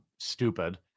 stupid